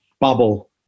bubble